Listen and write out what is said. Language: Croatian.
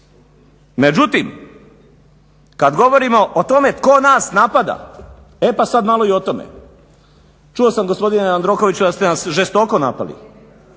Međutim, kad govorimo o tome tko nas napada e pa sad malo i o tome. Čuo sam gospodine Jandrokoviću da ste nas žestoko napali.